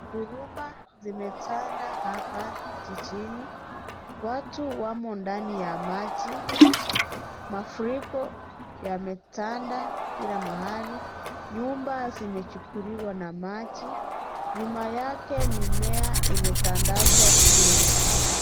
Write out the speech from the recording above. Huruma zimetanda hapa jijini, watu wamo ndani ya maji, mafuriko yametanda kila mahali, nyumba zimechukuliwa na maji, nyuma yake mimea imetandazwa chini.